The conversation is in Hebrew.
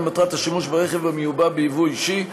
מטרת השימוש ברכב המיובא ביבוא אישי,